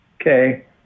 Okay